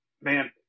man